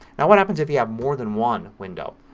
now what happens if you have more than one window.